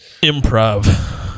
improv